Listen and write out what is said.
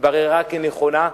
שהתבררה כנכונה,